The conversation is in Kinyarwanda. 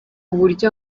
buryo